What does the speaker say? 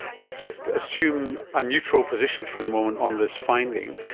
let's just assume a neutral position for the moment on this finding.